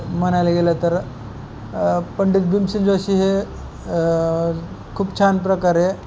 ते म्हणायला गेलं तर पंडित भीमसेन जोशी हे खूप छान प्रकारे